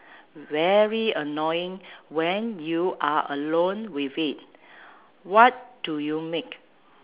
very annoying when you are alone with it what do you make